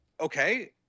okay